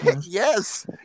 Yes